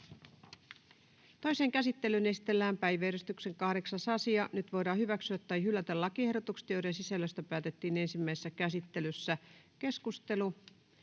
Toiseen käsittelyyn esitellään päiväjärjestyksen 6. asia. Nyt voidaan hyväksyä tai hylätä lakiehdotukset, joiden sisällöstä päätettiin ensimmäisessä käsittelyssä. — Keskustelu,